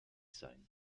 sein